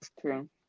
True